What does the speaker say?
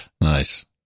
Nice